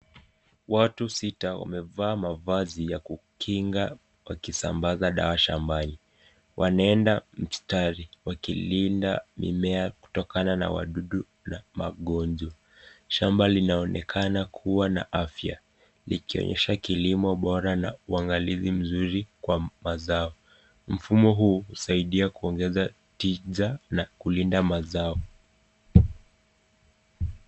Watu sita wamevaa mavazi ya kukinga wakisambasa dawa shambani. Wanaenda mstari wakilinda mimmea kutokana na wadudu na magonjwa. Shamba linaonekana kuwa na afya. Likionyeshwa kilimo bora na uangalifu mzuri kwa mazao. Mvumo huu husaidia kuongeza ticha na kulinda mazao.